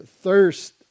thirst